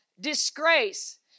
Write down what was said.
disgrace